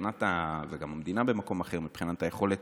וגם המדינה במקום אחר מבחינת היכולת